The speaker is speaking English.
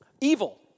evil